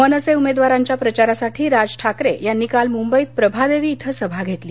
मनसे उमेदवारांच्या प्रचारासाठी राज ठाकरे यांनी काल मंबईत प्रभादेवी इथं सभा घेतली